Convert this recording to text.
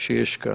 שיש כאן.